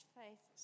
faith